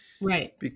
right